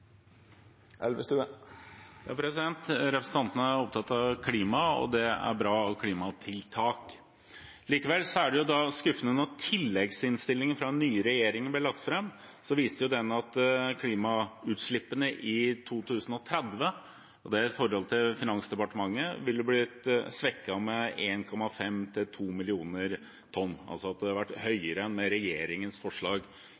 Representanten her er opptatt av klimaet, og det er bra klimatiltak. Likevel er det skuffende at når tilleggsinnstillingen fra den nye regjeringen blir lagt fram, så viser den at klimautslippene i 2030 – og det er i henhold til Finansdepartementet – ville ha blitt svekket med 1,5–2 mill. tonn; det ville ha vært høyere med regjeringens forslag til